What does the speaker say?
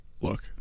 look